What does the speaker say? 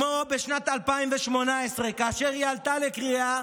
כמו בשנת 2018, כאשר היא עלתה לקריאה,